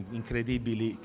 incredibili